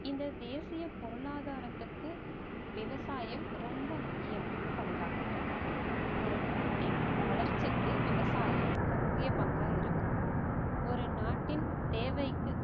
இந்த தேசிய பொருளாதாரத்துக்கு விவசாயம் ரொம்ப முக்கியமான பங்காக இருக்குது ஒரு நாட்டின் வளர்ச்சிக்கு விவசாயம் முக்கிய பங்காக இருக்குது ஒரு நாட்டின் தேவைக்கு